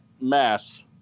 Mass